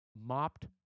mopped